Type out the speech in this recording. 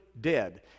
dead